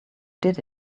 did